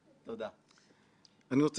רואה את התגובה המהירה של בנק ישראל,